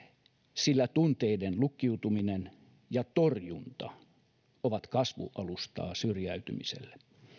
sillä tunteiden lukkiutuminen ja torjunta ovat kasvualustaa syrjäytymiselle